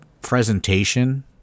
presentation